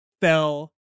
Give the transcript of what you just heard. fell